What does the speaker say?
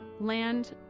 land